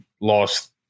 Lost